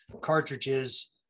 cartridges